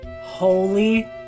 Holy